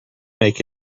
make